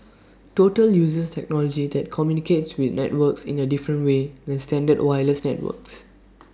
total uses technology that communicates with networks in A different way than standard wireless networks